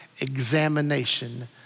examination